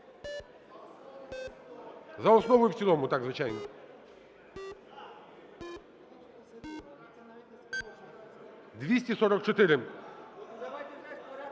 За основу і в цілому, так, звичайно.